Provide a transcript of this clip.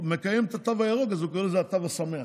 מקיים את התו הירוק אז הוא קורא לזה "התו השמח"